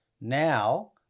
Now